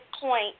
point